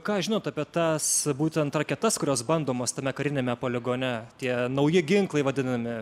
ką žinot apie tas būtent raketas kurios bandomos tame kariniame poligone tie nauji ginklai vadinami